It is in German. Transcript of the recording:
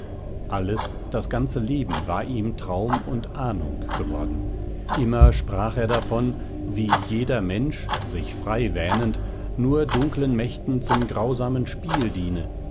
alles das ganze leben war ihm traum und ahnung geworden immer sprach er davon wie jeder mensch sich frei wähnend nur dunklen mächten zum grausamen spiel diene